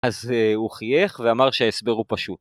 אז הוא חייך ואמר שההסבר הוא פשוט.